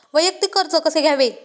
वैयक्तिक कर्ज कसे घ्यावे?